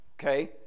okay